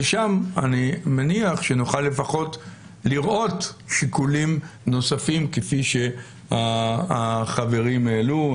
ושם אני מניח שנוכל לפחות לראות שיקולים נוספים כפי שהחברים העלו.